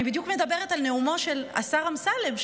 אני בדיוק מדברת על נאומו של השר אמסלם,